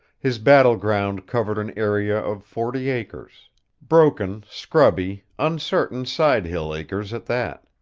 his battleground covered an area of forty acres broken, scrubby, uncertain side-hill acres, at that.